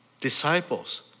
disciples